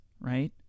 right